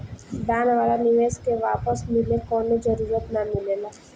दान वाला निवेश के वापस मिले कवनो जरूरत ना मिलेला